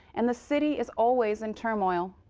and the city is always in turmoil.